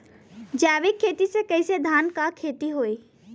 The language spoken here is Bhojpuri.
जैविक खेती से कईसे धान क खेती होई?